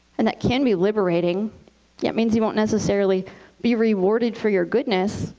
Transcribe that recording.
and that can be liberating. yeah, it means you won't necessarily be rewarded for your goodness,